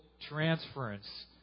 transference